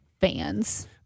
fans